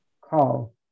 call